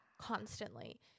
constantly